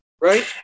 right